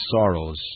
sorrows